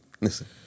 listen